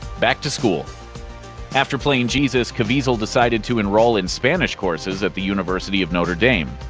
back to school after playing jesus, caviezel decided to enroll in spanish courses at the university of notre dame.